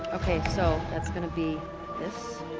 okay, so that's going to be this.